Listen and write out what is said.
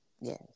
Yes